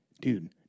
dude